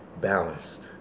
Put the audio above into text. balanced